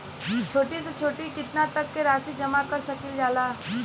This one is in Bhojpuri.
छोटी से छोटी कितना तक के राशि जमा कर सकीलाजा?